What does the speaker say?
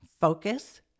Focus